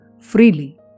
freely